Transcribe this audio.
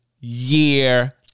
year